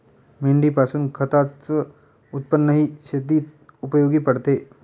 मेंढीपासून खताच उत्पन्नही शेतीत उपयोगी पडते